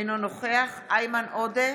אינו נוכח איימן עודה,